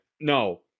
no